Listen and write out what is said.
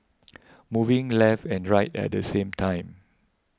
moving left and right at the same time